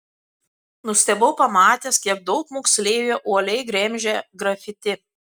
nustebau pamatęs kiek daug moksleivių uoliai gremžia grafiti